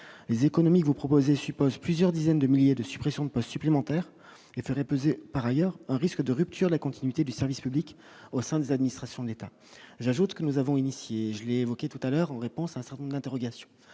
les économies, vous proposez suppose plusieurs dizaines de milliers de suppressions de postes supplémentaires qui ferait peser par ailleurs un risque de rupture de la continuité du service public au sein des administrations de l'État, j'ajoute que nous avons initié, je l'évoquais tout à l'heure, en réponse à certaines interrogations,